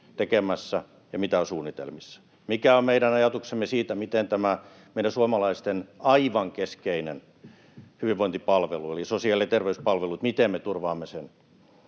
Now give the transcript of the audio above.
tekemässä ja mitä on suunnitelmissa, mikä on meidän ajatuksemme siitä, miten me turvaamme tämän meidän suomalaisten aivan keskeisen hyvinvointipalvelun eli sosiaali- ja terveyspalvelut, ja siitä käydään